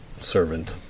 servant